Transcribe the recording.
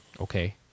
Okay